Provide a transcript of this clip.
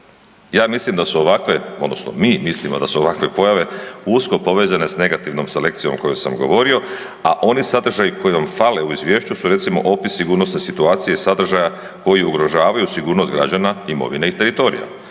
ja mislim da su ovakve odnosno mi mislimo da su ovakve pojave usko povezane s negativnom selekcijom o kojoj sam govorio, a oni sadržaji koji vam fale u izvješću su recimo opis sigurnosne situacije sadržaja koji ugrožavaju sigurnost građana, imovine i teritorija.